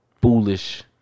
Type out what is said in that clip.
Foolish